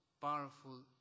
powerful